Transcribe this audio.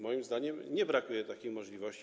Moim zdaniem nie brakuje takich możliwości.